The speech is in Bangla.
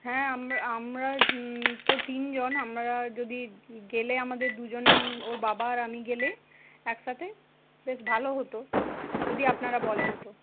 হ্যাঁ আমরা আমরা তো তিনজন আমরা যদি গেলে আমাদের দুজন ওর বাবা আর আমি গেলে একসাথে বেশ ভালো হতো যদি আপনারা বলেন তো